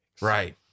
Right